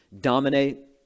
dominate